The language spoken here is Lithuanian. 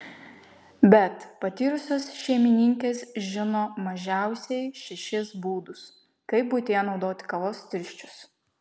bet patyrusios šeimininkės žino mažiausiai šešis būdus kaip buityje naudoti kavos tirščius